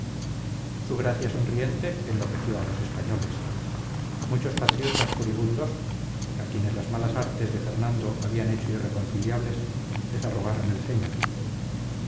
su gracia sonriente enloqueció a los españoles muchos patriotas furibundos a quienes las malas artes de fernando habían hecho irreconciliables desarrugaron el ceño